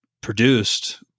produced